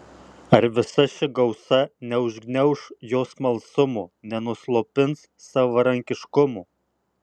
ar visa ši gausa neužgniauš jo smalsumo nenuslopins savarankiškumo